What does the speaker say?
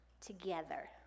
together